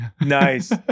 Nice